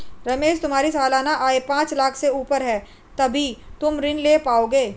रमेश तुम्हारी सालाना आय पांच लाख़ से ऊपर है तभी तुम ऋण ले पाओगे